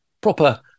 proper